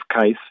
case